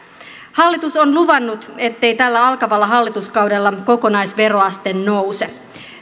hallitus on luvannut ettei tällä alkavalla hallituskaudella kokonaisveroaste nouse